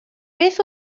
beth